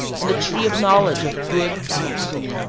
and the tree of knowledge of good and evil.